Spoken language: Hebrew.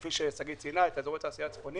כפי ששגית ציינה, את אזור התעשייה הצפוני